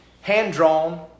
hand-drawn